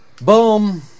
Boom